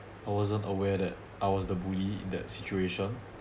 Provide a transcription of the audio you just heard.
I wasn't aware that I was the bully in that situation